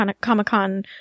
Comic-Con